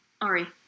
Ari